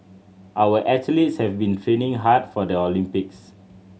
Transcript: our athletes have been training hard for the Olympics